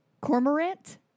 cormorant